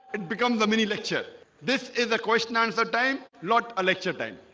it becomes a mini lecture this is a question answer time. not a lecture time